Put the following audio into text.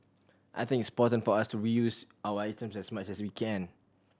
I think it's important for us to reuse our items as much as we can